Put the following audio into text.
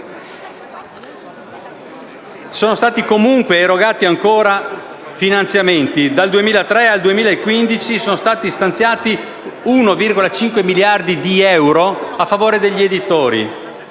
Sono stati comunque erogati ancora finanziamenti: dal 2003 al 2015 sono stati stanziati 1,5 miliardi di euro a favore degli editori.